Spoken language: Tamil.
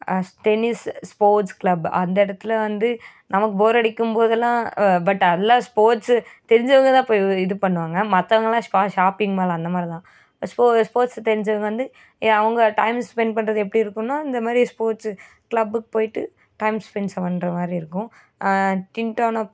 டென்னிஸ் ஸ்போட்ஸ் க்ளப் அந்த இடத்துல வந்து நமக்கு போர் அடிக்கும் போதெல்லாம் பட் அல்லா ஸ்போட்ஸ்ஸு தெரிஞ்சவங்கதான் போய் இது பண்ணுவாங்க மற்றவங்கலாம் சும்மா ஷாப்பிங் மால் அந்தமாதிரிதான் ஸ்போ ஸ்போட்ஸ் தெரிஞ்சவங்க வந்து அவங்க டைம் ஸ்பெண்ட் பண்ணுறது எப்படி இருக்குதுன்னா இந்தமாதிரி ஸ்போட்ஸ்ஸு க்ளப்புக்கு போயிட்டு டைம் ஸ்பெண்ட் பண்ணுற மாதிரி இருக்கும் டிங்டோனா